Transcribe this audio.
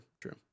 true